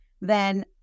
then-